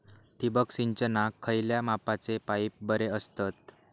ठिबक सिंचनाक खयल्या मापाचे पाईप बरे असतत?